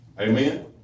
amen